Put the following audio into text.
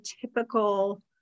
typical